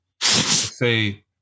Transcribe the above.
say